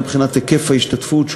גם מבחינת היקף ההשתתפות,